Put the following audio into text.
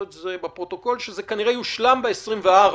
את זה בפרוטוקול שזה כנראה יושלם ב-24 לחודש.